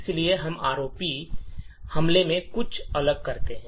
इसलिए हम आरओपी हमले में कुछ अलग करते है